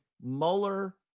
Mueller